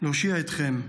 להושיע אתכם'